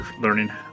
learning